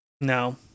no